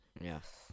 Yes